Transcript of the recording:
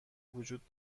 وجود